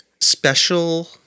special